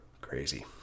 crazy